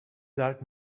dark